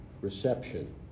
reception